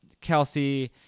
Kelsey